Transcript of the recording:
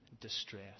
distress